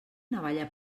navalla